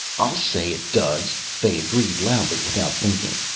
i'll say it does! fay agreed loudly without thinking.